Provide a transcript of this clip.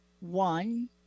one